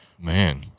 man